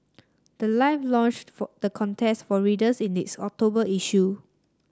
the life launched for the contest for readers in its October issue